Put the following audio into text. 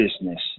business